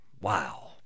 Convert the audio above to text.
Wow